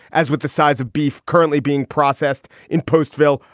as with the size of beef currently being processed in postville,